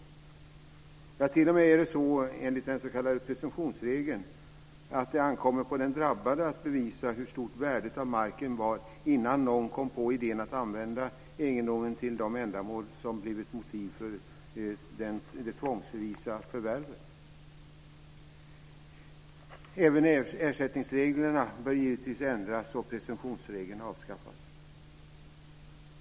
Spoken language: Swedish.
Ja, det är t.o.m. så enligt den s.k. presumtionsregeln att det ankommer på den drabbade att bevisa hur stort värdet av marken var innan någon kom på idén att använda egendomen till de ändamål som blivit motiv för det tvångsvisa förvärvet. Även ersättningsreglerna bör givetvis ändras och presumtionsregeln avskaffas.